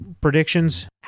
predictions